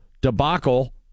debacle